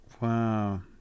Wow